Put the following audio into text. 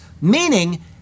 meaning